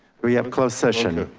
we have closed session.